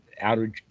outer